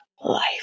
life